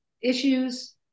issues